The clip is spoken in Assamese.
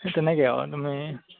সেই তেনেকৈ অঁ তুমি